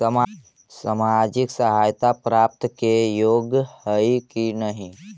सामाजिक सहायता प्राप्त के योग्य हई कि नहीं?